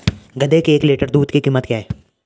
गधे के एक लीटर दूध की कीमत क्या है?